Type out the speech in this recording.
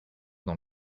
dans